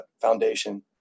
Foundation